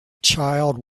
child